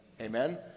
Amen